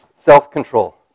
Self-control